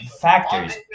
factors